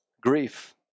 Grief